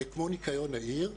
כמו ניקיון העיר,